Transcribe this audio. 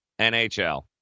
NHL